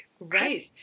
Right